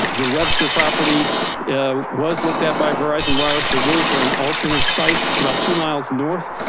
the webster property was looked at by verizon wireless, but really for an alternate site, it's about two miles north.